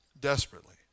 desperately